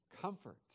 comfort